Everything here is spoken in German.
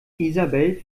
isabel